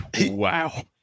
Wow